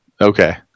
Okay